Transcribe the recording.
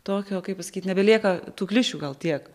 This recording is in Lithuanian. tokio kaip pasakyt nebelieka tų klišių gal tiek